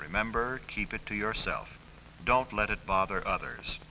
remember keep it to yourself don't let it bother others